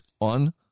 on